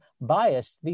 biased